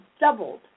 doubled